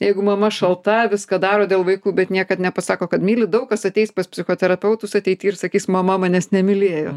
jeigu mama šalta viską daro dėl vaikų bet niekad nepasako kad myli daug kas ateis pas psichoterapeutus ateity ir sakys mama manęs nemylėjo